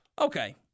Okay